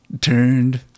turned